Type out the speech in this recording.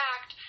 Act